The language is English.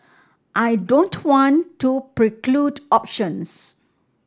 I don't want to preclude options